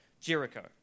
Jericho